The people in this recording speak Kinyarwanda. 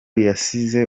yasize